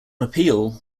appeal